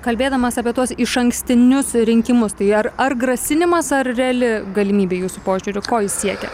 kalbėdamas apie tuos išankstinius rinkimus tai ar ar grasinimas ar reali galimybė jūsų požiūriu ko jis siekia